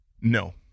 No